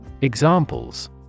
examples